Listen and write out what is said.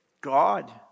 God